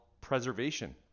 preservation